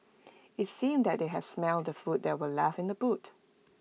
IT seemed that they had smelt the food that were left in the boot